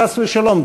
חס ושלום,